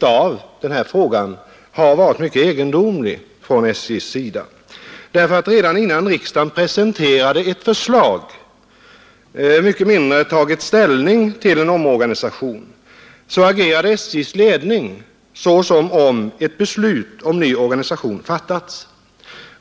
av denna fråga varit mycket egendomlig. Redan innan riksdagen presenterats ett förslag, mycket mindre tagit ställning till en omorganisation, agerade SJ:s ledning som om ett beslut om ny organisation fattats.